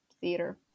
theater